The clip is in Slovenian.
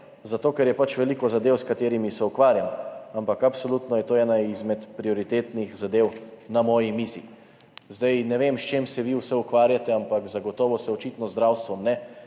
zato ker je pač veliko zadev, s katerimi se ukvarjam, ampak absolutno je to ena izmed prioritetnih zadev na moji mizi.« Ne vem, s čim se vi vse ukvarjate, ampak zagotovo se očitno z zdravstvom ne.